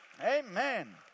Amen